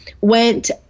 went